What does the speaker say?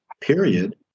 period